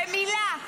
במילה.